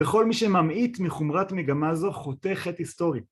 וכל מי שממעיט מחומרת מגמה זו חוטא חטא היסטורי.